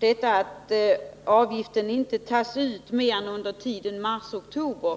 Argumentet att avgiften inte tas ut annat än under tiden mars-oktober